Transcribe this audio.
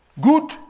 Good